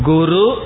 Guru